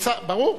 ברור.